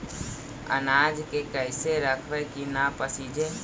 अनाज के कैसे रखबै कि न पसिजै?